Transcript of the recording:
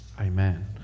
amen